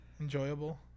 Enjoyable